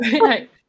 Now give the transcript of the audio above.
right